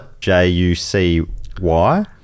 j-u-c-y